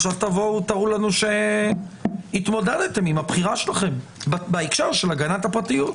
עכשיו תבואו ותראו לנו שהתמודדתם עם הבחירה שלכם בהקשר של הגנת הפרטיות,